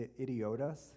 idiotas